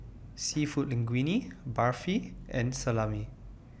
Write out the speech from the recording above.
Seafood Linguine Barfi and Salami